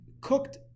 cooked